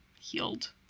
healed